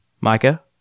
Micah